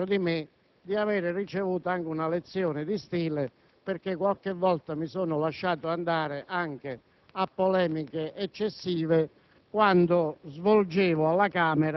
devo fare un apprezzamento ai colleghi dell'opposizione per il garbo, la profondità, la grinta e la serietà con le quali sono state poste le questioni